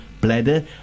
bladder